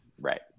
Right